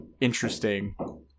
interesting